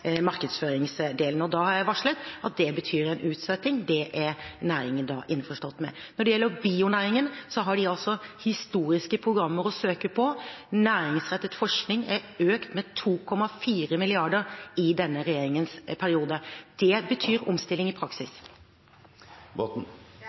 markedsføringsdelen, og da har jeg varslet at det betyr en utsetting. Det er næringen innforstått med. Når det gjelder bionæringen, har de historiske programmer å søke på. Næringsrettet forskning er økt med 2,4 mrd. kr i denne regjeringens periode. Det betyr omstilling i